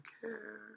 care